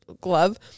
glove